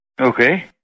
Okay